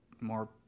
more